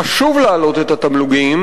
חשוב להעלות את התמלוגים,